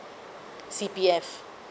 C_P_F